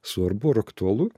svarbu ir aktualu